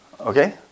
Okay